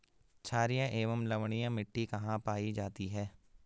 छारीय एवं लवणीय मिट्टी कहां कहां पायी जाती है?